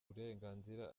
burenganzira